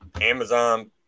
Amazon